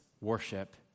worship